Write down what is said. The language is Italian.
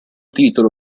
titolo